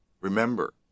Remember